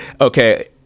Okay